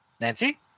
Nancy